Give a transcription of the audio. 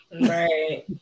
Right